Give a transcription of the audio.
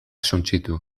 suntsitu